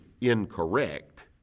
incorrect